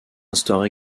instaure